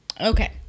Okay